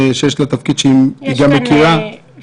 יש לה תפקיד שהיא מכירה --- יש כאן מומחים.